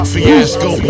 Fiasco